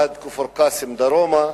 עד כפר-קאסם דרומה,